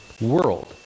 world